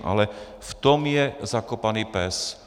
Ale v tom je zakopaný pes.